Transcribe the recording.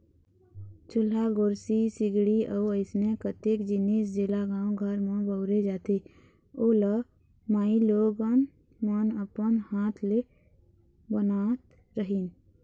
चूल्हा, गोरसी, सिगड़ी अउ अइसने कतेक जिनिस जेला गाँव घर म बउरे जाथे ओ ल माईलोगन मन अपन हात ले बनात रहिन